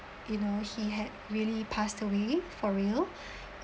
you know he had really passed away for real